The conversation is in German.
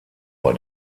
bei